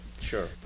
Sure